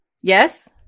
Yes